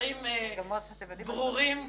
הדברים ברורים כשמש.